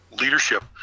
leadership